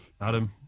Adam